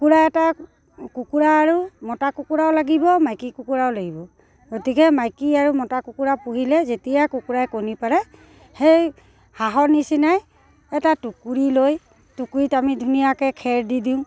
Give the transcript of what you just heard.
কুকুৰা এটা কুকুৰা আৰু মতা কুকুৰাও লাগিব মাইকী কুকুৰাও লাগিব গতিকে মাইকী আৰু মতা কুকুৰা পুহিলে যেতিয়া কুকুৰাই কণী পাৰে সেই হাঁহৰ নিচিনাই এটা টুকুৰি লৈ টুকুৰিত আমি ধুনীয়াকৈ খেৰ দি দিওঁ